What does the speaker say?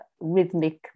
rhythmic